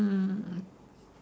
mm